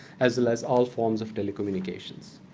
as well as all forms of telecommunications.